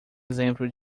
exemplo